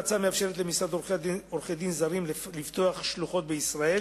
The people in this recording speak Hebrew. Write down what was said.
ההצעה מאפשרת למשרדי עורכי-דין זרים לפתוח שלוחות בישראל